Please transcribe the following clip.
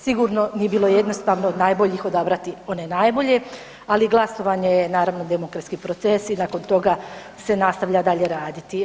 Sigurno nije bilo jednostavno od najboljih odabrati one najbolje, ali glasovanje je naravno demokratski proces i nakon toga se nastavlja dalje raditi.